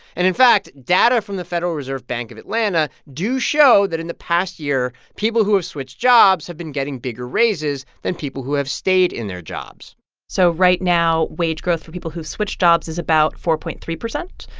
and in fact, data from the federal reserve bank of atlanta do show that in the past year, people who have switched jobs have been getting bigger raises than people who have stayed in their jobs so right now wage growth for people who've switched jobs is about four point three zero.